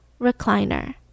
recliner